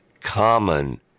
common